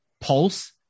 pulse